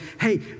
Hey